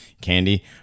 candy